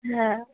हां